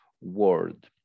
word